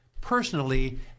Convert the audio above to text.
personally